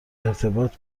ارتباط